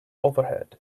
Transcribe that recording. overhead